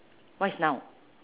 what is noun